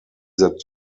that